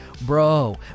bro